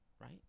right